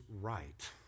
right